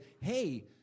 Hey